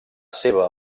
seva